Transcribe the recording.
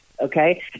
okay